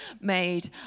made